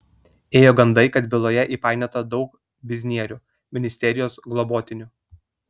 ėjo gandai kad byloje įpainiota daug biznierių ministerijos globotinių